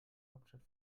hauptstadt